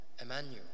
Emmanuel